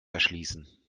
erschließen